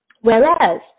Whereas